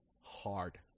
hard